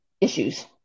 issues